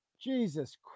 Jesus